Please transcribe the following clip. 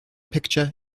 picture